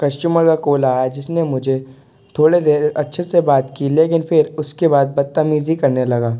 customer का call आया जिस ने मुझे थोड़े देर अच्छे से बात की लेकिन फिर उसके बाद बद्तमीज़ी करने लगा